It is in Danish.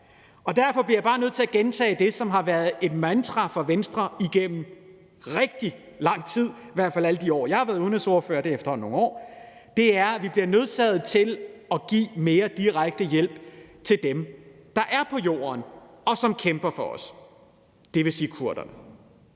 os. Derfor bliver jeg bare nødt til at gentage det, som har været et mantra for Venstre igennem rigtig lang tid, i hvert fald alle de år, jeg har været udenrigsordfører, og det er efterhånden nogle år, og det er, at vi bliver nødsaget til at give mere direkte hjælp til dem, der er på jorden, og som kæmper for os. Det vil sige kurderne.